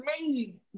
made